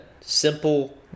simple